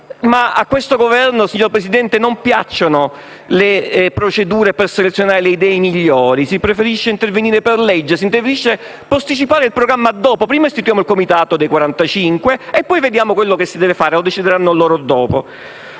A questo Governo però, signora Presidente, non piacciono le procedure per selezionare le idee migliori. Si preferisce intervenire per legge e posticipare il programma a dopo: prima istituiamo il comitato dei quarantacinque e poi vediamo quello che si deve fare, e loro decideranno dopo.